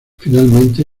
finalmente